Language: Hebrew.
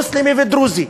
מוסלמי ודרוזי.